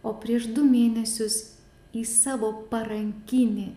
o prieš du mėnesius į savo parankinį